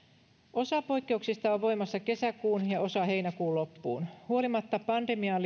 osa poikkeuksista on voimassa kesäkuun ja osa heinäkuun loppuun huolimatta pandemiaan